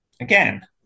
again